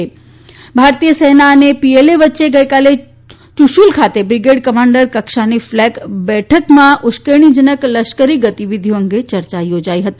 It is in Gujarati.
ગઈકાલે ભારતીય સેના અને પીએલએ વચ્ચે યૂશુલ ખાતે બ્રિગેડ કમાન્ડર કક્ષાની ફ્લેગ બેઠકમાં ઉશ્કેરણીજનક લશ્કરી ગતિવિધિઓ અંગે ચર્ચા થોજાઇ હતી